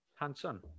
Hanson